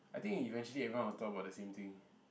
I think eventually everyone will talk about the same thing